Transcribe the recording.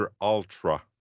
Ultra